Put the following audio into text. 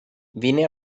vine